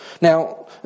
Now